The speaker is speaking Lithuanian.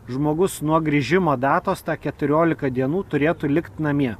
žmogus nuo grįžimo datos ta keturiolika dienų turėtų likt namie